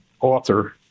author